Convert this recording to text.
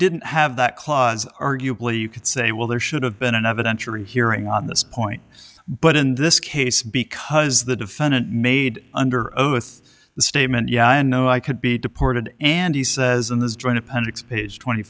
didn't have that clause arguably you could say well there should have been an evidentiary hearing on this point but in this case because the defendant made under oath with the statement yeah i know i could be deported and